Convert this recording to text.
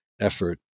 effort